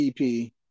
EP